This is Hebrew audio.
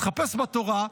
חפש בתורה.